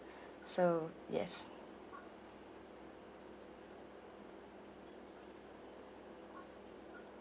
so yes